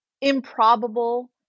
improbable